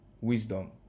wisdom